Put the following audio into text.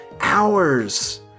hours